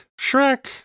Shrek